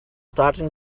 starting